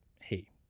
hey